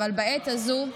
אבל בעת הזאת,